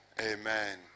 Amen